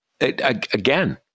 again